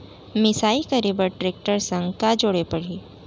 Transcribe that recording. मिसाई करे बर टेकटर संग का जोड़े पड़ही?